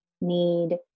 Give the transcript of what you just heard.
need